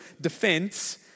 defense